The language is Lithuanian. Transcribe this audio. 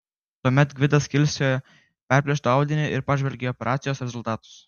tuomet gvidas kilstelėjo perplėštą audinį ir pažvelgė į operacijos rezultatus